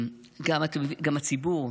גם הציבור.